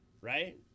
right